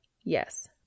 Yes